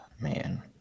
man